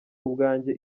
ubwanjye